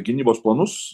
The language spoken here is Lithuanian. ir gynybos planus